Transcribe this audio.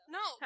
no